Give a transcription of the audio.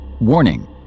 Warning